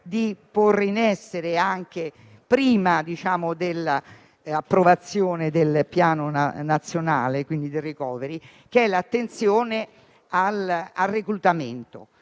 di porre in essere anche prima dell'approvazione del Piano nazionale di ripresa e resilienza, ossia l'attenzione al reclutamento.